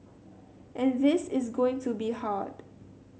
and this is going to be hard